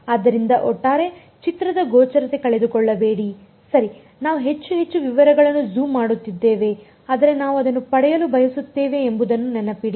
ಆದ್ದರಿಂದ ಒಟ್ಟಾರೆ ಚಿತ್ರದ ಗೋಚರತೆ ಕಳೆದುಕೊಳ್ಳಬೇಡಿ ಸರಿ ನಾವು ಹೆಚ್ಚು ಹೆಚ್ಚು ವಿವರಗಳನ್ನು ಜೂಮ್ ಮಾಡುತ್ತಿದ್ದೇವೆ ಆದರೆ ನಾವು ಅದನ್ನು ಪಡೆಯಲು ಬಯಸುತ್ತೇವೆ ಎಂಬುದನ್ನು ನೆನಪಿಡಿ